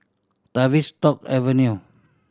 Tavistock Avenue